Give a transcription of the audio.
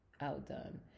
outdone